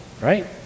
right